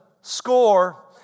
score